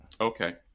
Okay